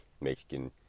Mexican